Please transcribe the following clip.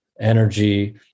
energy